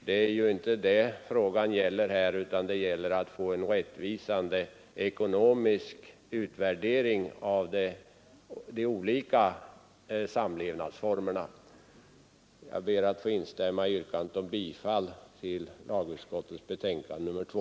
Det är emellertid inte detta frågan gäller nu, utan att få en rättvis ekonomisk utvärdering av de olika samlevnadsformerna. Jag ber att få instämma i yrkandet om bifall till lagutskottets hemställan i betänkandet nr 2.